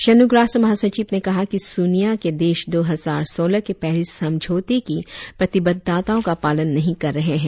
संयुक्त राष्ट्र महासचिव ने कहा कि सुनिया के देश दो हजार सोलह के पैरिस समझौते की प्रतिबद्धताओं का पालन नहीं कर रहे हैं